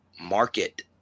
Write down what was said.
market